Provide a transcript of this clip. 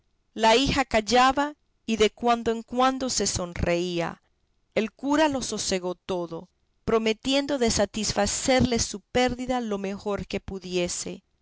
la hija callaba y de cuando en cuando se sonreía el cura lo sosegó todo prometiendo de satisfacerles su pérdida lo mejor que pudiese